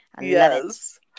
Yes